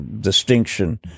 distinction